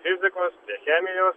fizikos chemijos